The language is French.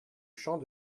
champ